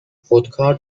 خودکار